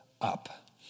up